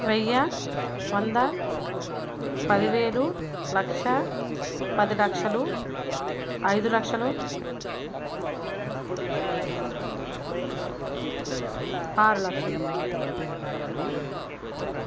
వెయ్యి వంద పదివేలు లక్ష పది లక్షలు ఐదు లక్షలు ఆరు లక్షలు